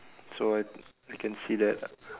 so I I can see that